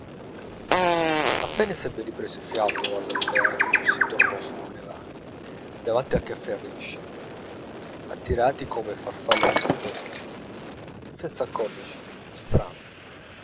appena s'ebbe ripreso fiato all'albergo si tornò sui boulevards davanti al cafè riche attirati come farfalle al lume senz'accorgercene strano